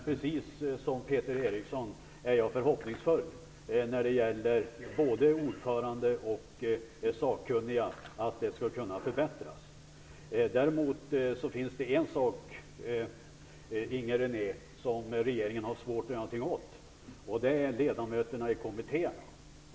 Precis som Peter Eriksson är jag förhoppningsfull när det gäller både ordförande och sakkunniga - vi tror att det där skall kunna förbättras. Däremot finns det en sak, Inger René, som regeringen har svårt att göra någonting åt, och det är ledamöterna i kommittéerna.